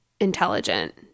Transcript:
intelligent